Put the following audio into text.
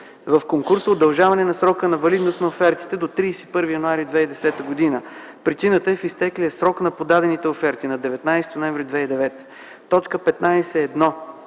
в конкурса удължаване на срока на валидност на офертите до 31 януари 2010 г. Причината е в изтеклия срок на подадените оферти – на 19 ноември 2009